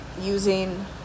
using